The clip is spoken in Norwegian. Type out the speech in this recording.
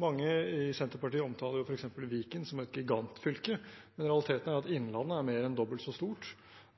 Mange i Senterpartiet omtaler f.eks. Viken som et gigantfylke, men realiteten er at Innlandet er mer enn dobbelt så stort,